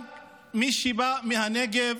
גם מי שבא מהנגב.